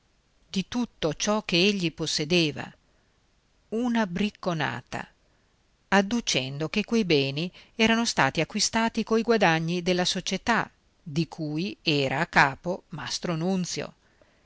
di tutto ciò che egli possedeva una bricconata adducendo che quei beni erano stati acquistati coi guadagni della società di cui era a capo